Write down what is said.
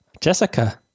Jessica